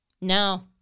No